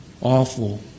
awful